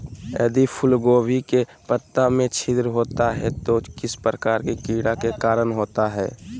यदि फूलगोभी के पत्ता में छिद्र होता है तो किस प्रकार के कीड़ा के कारण होता है?